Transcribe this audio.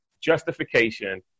justification